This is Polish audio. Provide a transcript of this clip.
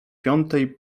piątej